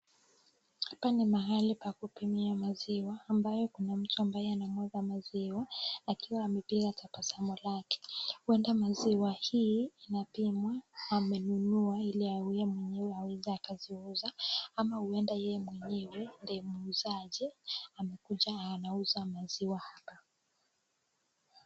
Hapa ni mahali pa kupimia maziwa, ambapo kuna mtu ambaye anamwaga maziwa akiwa amepiga tabasamu lake. Huenda maziwa hii inapimwa, amenunua ili awe yeye mwenyewe aweze akaziuza, ama huenda yeye mwenyewe ndiye muuzaji, amekuja anauza maziwa hapa.